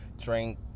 drink